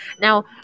Now